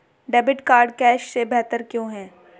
Debit card cash से बेहतर क्यों है?